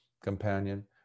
companion